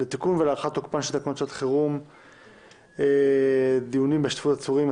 לתיקון ולהארכת תוקפן של תקנות שעת חירום (דיונים בהשתתפות עצורים,